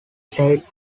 saint